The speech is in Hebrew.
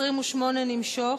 28 נמשוך.